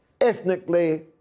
ethnically